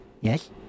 Yes